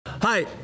Hi